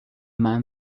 man